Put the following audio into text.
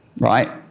right